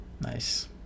nice